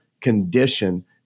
condition